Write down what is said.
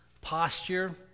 posture